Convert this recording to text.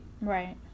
Right